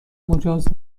مجاز